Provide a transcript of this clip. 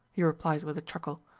he replied with a chuckle.